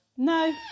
No